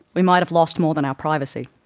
we might have lost more than our privacy.